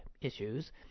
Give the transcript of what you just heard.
issues